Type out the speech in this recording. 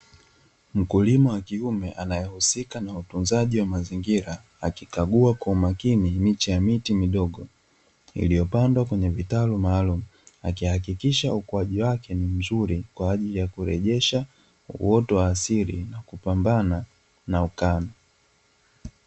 Mkulima wa kiume anayehusika na utunzaji wa mazingira, akikagua kwa umakini miche ya miti midogo iliyopandwa kwenye vitalu maalumu, akihakikisha ukuaji wake ni mzuri kwa ajili ya kurejesha uoto wa asili na kupambana na ukame.